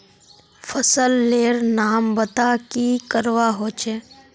फसल लेर नाम बता की करवा होचे?